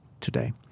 today